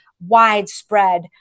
widespread